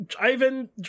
Ivan